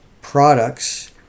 products